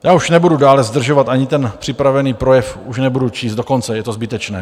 Já už nebudu dále zdržovat, ani ten připravený projev už nebudu číst do konce, je to zbytečné.